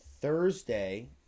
Thursday